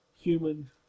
Human